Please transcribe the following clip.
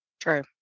True